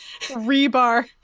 rebar